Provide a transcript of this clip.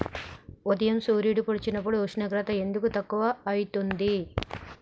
ఉదయం సూర్యుడు పొడిసినప్పుడు ఉష్ణోగ్రత ఎందుకు తక్కువ ఐతుంది?